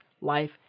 life